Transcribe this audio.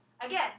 Again